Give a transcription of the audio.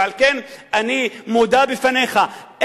ועל כן אני מודה בפניך,